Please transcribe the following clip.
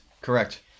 correct